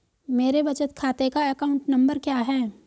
मेरे बचत खाते का अकाउंट नंबर क्या है?